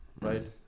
Right